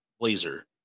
Blazer